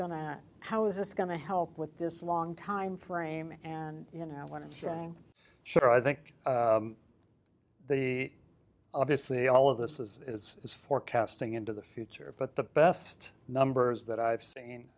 to how is this going to help with this long time frame and you know i want to say sure i think the obviously all of this is is is forecasting into the future but the best numbers that i've seen